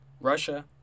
Russia